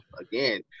again